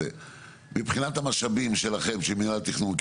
מבחינת המשאבים שלכם של מנהל התכנון,